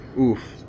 Oof